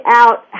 out